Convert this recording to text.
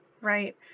right